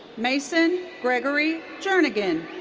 mason gregory jernigan.